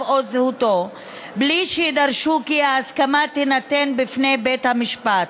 או זהותו בלי שיידרש כי ההסכמה תינתן בפני בית המשפט.